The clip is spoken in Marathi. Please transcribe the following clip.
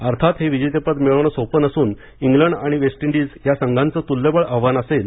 अर्थात हे विजेतेपद मिळवणे सोपे नसून इंग्लंड आणि वेस्ट इंडिज या संघांचे तुल्यबळ आव्हान असेल